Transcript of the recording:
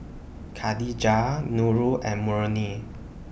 Khadija Nurul and Murni